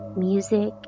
music